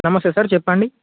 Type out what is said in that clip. నమస్తే సార్ చెప్పండి